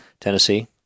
Tennessee